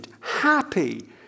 happy